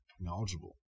knowledgeable